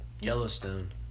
Yellowstone